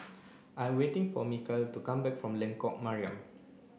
I waiting for Mikal to come back from Lengkok Mariam